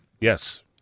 Yes